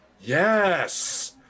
Yes